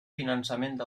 finançament